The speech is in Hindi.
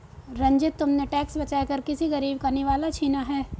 रंजित, तुमने टैक्स बचाकर किसी गरीब का निवाला छीना है